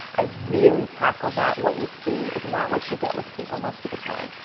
i really tackle that, what you see is not what you get with people most of the time,